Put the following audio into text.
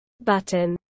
button